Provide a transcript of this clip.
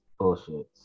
bullshits